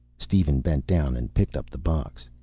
steven bent down and picked up the box.